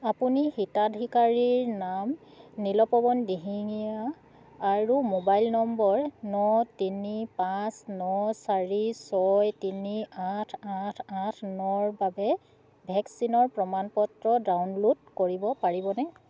আপুনি হিতাধিকাৰীৰ নাম নীলপৱন দিহিঙীয়া আৰু মোবাইল নম্বৰ ন তিনি পাঁচ ন চাৰি ছয় তিনি আঠ আঠ আঠ নৰ বাবে ভেকচিনৰ প্ৰমাণপত্ৰ ডাউনলোড কৰিব পাৰিবনে